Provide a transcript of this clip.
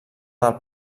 del